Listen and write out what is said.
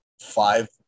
five